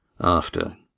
after